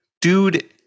Dude